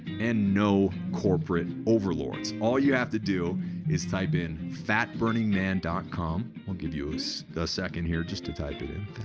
and no corporate overlords all you have to do is type in fatburningman dot com i'll give you you a second here just to type it in.